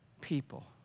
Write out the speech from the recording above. people